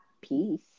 peace